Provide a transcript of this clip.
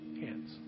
hands